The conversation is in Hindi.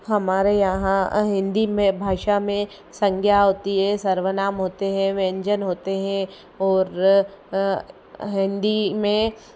हमारे यहाँ हिंदी में भाषा में संज्ञा होती है सर्वनाम होते हैं व्यंजन होते है और हिंदी में